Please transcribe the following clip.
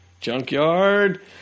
Junkyard